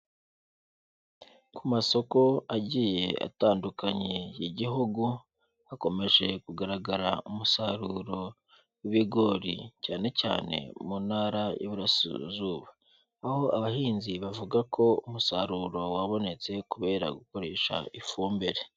Ku masoko agiye atandukanye y'igihugu, hakomeje kugaragara umusaruro w'ibigori cyane cyane mu ntara y'iburasirazuba, aho abahinzi bavuga ko umusaruro wabonetse kubera gukoresha ifumbire.